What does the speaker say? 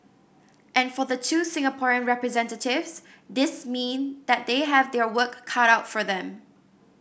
and for the two Singaporean representatives this mean that they have their work cut out for them